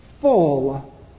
full